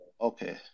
Okay